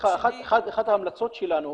ליזום ולא להסתפק בקבלת תוכניות בוא נגיד מלמעלה.